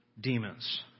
demons